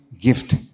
gift